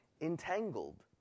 entangled